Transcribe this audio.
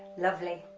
lovely,